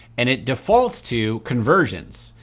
and it defaults to conversions.